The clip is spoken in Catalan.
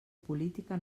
política